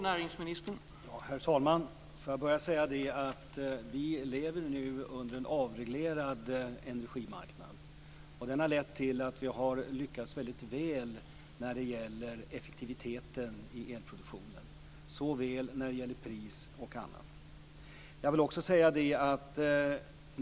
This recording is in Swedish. Herr talman! Vi lever nu i en avreglerad energimarknad. Det har lett till att vi har lyckats väldigt väl med effektiviteten i elproduktionen när det gäller såväl pris som annat.